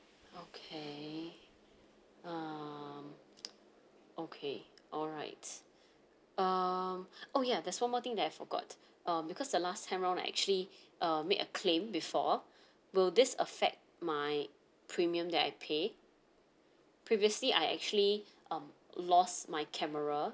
okay um okay alright um oh ya there's one more thing that I forgot um because the last time round I actually um made a claim before will this affect my premium that I pay previously I actually um lost my camera